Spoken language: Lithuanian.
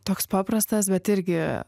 toks paprastas bet irgi